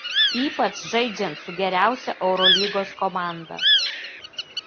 ypač žaidžiant su geriausia eurolygos komanda